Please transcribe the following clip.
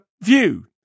view